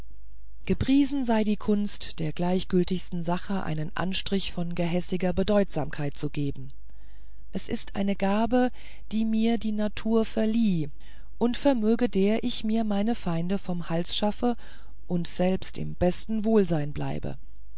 gepriesen sei die kunst der gleichgültigsten sache einen anstrich von gehässiger bedeutsamkeit zu geben es ist eine gabe die mir die natur verlieh und vermöge der ich mir meine feinde vom halse schaffe und selbst im besten wohlsein bleibe